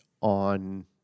on